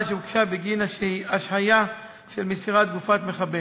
שהוגשה בגין השהיה של מסירת גופת מחבל.